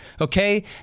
okay